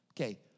Okay